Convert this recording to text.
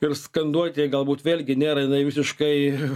ir skanduotė galbūt vėlgi nėra jinai visiškai